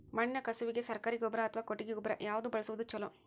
ಮಣ್ಣಿನ ಕಸುವಿಗೆ ಸರಕಾರಿ ಗೊಬ್ಬರ ಅಥವಾ ಕೊಟ್ಟಿಗೆ ಗೊಬ್ಬರ ಯಾವ್ದು ಬಳಸುವುದು ಛಲೋ?